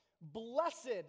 Blessed